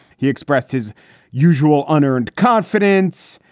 he expressed his usual unearned confidence,